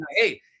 Hey